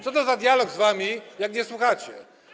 Co to za dialog z wami, skoro nie słuchacie?